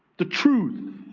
the truth